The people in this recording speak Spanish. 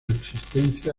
existencia